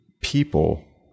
people